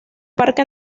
parque